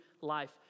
life